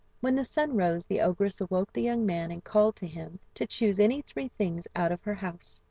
when the sun rose the ogress awoke the young man, and called to him to choose any three things out of her house.